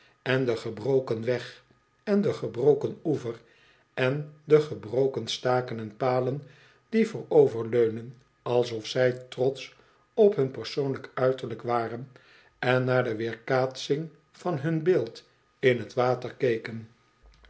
en den gebroken weg en den gebroken oever en de gebroken staken en palen die vooroverleunen alsof zij trotsch op hun persoonlijk uiterlijk waren en naar de weerkaatsing van hun beeld in t water keken